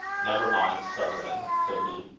never mind, sutherland, said he.